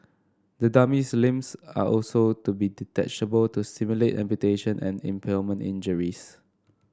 the dummy's limbs are also to be detachable to simulate amputation and impalement injuries